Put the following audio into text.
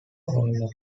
all